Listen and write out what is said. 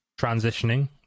transitioning